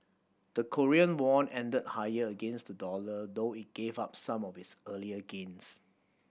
the Korean won ended higher against the dollar though it gave up some of its earlier gains